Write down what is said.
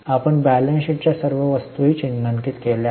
आपण बॅलन्स शीटच्या सर्व वस्तूही चिन्हांकित केल्या आहेत